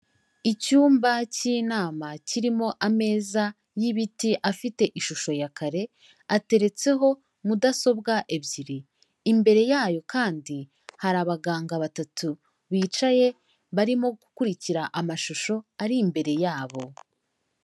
Icyumba cy'inama kirimo ameza y'ibiti afite ishusho ya kare, ateretseho mudasobwa ebyiri, imbere yayo kandi hari abaganga batatu bicaye, barimo gukurikira amashusho ari imbere yabo.